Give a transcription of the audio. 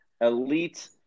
elite